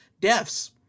deaths